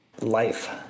Life